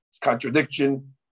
contradiction